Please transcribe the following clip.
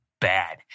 bad